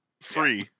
Free